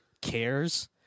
cares